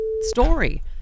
story